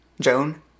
Joan